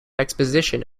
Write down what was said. exposition